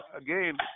again